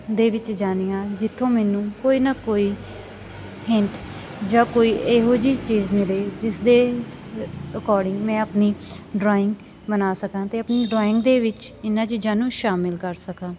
ਦੇ ਵਿੱਚ ਜਾਨੀ ਹਾਂ ਜਿੱਥੋਂ ਮੈਨੂੰ ਕੋਈ ਨਾ ਕੋਈ ਹਿੰਟ ਜਾਂ ਕੋਈ ਇਹੋ ਜਿਹੀ ਚੀਜ਼ ਮਿਲੇ ਜਿਸ ਦੇ ਅਕੋਰਡਿੰਗ ਮੈਂ ਆਪਣੀ ਡਰਾਇੰਗ ਬਣਾ ਸਕਾਂ ਅਤੇ ਆਪਣੀ ਡਰਾਇੰਗ ਦੇ ਵਿੱਚ ਇਹਨਾਂ ਚੀਜ਼ਾਂ ਨੂੰ ਸ਼ਾਮਿਲ ਕਰ ਸਕਾਂ